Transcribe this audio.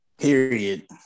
Period